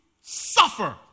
suffer